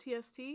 TST